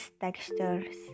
textures